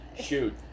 shoot